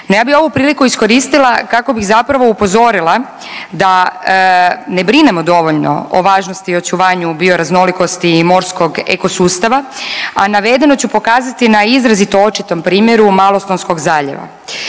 No ja bih ovu priliku iskoristila kako bih zapravo upozorila da ne brinemo dovoljno o važnosti i očuvanju bioraznolikosti morskog eko sustava, a navedeno ću pokazati na izrazito očitom primjeru Malostonskog zaljeva.